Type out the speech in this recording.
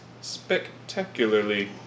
spectacularly